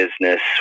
business